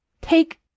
take